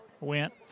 went